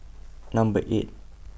Number eight